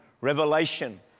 revelation